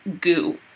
goo